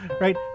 right